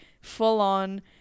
full-on